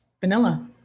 Vanilla